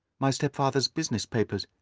my stepfather's business papers.